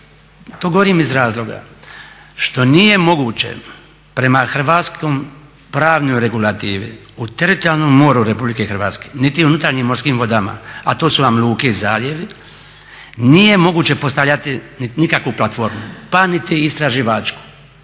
To govorim iz razloga što nije moguće prema hrvatskoj pravnoj regulativi u teritorijalnom moru RH niti u unutarnjim morskim vodama, a to su vam luke i zaljevi, nije moguće postavljati nikakvu platformu pa niti istraživačku.